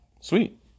Sweet